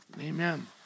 Amen